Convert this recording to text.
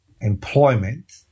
Employment